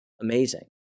Amazing